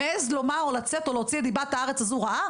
מעז לומר או לצאת או להוציא את דיבת הארץ הזו רעה